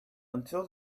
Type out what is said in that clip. until